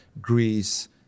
Greece